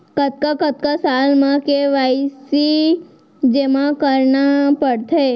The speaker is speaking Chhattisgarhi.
कतका कतका साल म के के.वाई.सी जेमा करना पड़थे?